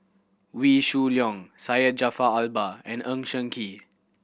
Wee Shoo Leong Syed Jaafar Albar and Ng Kee